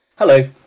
Hello